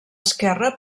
esquerra